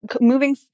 moving